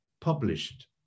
published